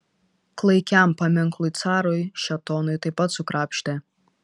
klaikiam paminklui carui šėtonui taip pat sukrapštė